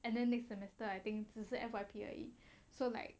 and then next semester I think 只是 F_Y_P 而已 so like